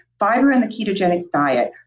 fiber in the ketogenic diet,